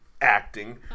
acting